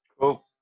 Cool